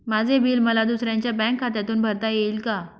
माझे बिल मला दुसऱ्यांच्या बँक खात्यातून भरता येईल का?